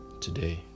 today